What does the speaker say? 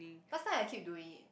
last time I keep doing it